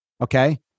Okay